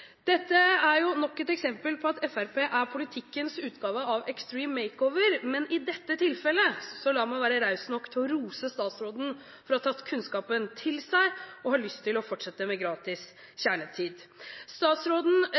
Dette er jo nok et eksempel på at Fremskrittspartiet er politikkens utgave av Extreme Makeover, men la meg i dette tilfellet være raus nok til å rose statsråden for at hun har tatt kunnskapen til seg og har lyst til å fortsette med gratis kjernetid. Statsråden